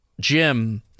Jim